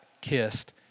kissed